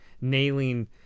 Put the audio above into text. nailing